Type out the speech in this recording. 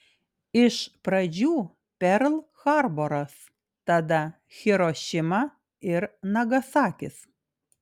iš pradžių perl harboras tada hirošima ir nagasakis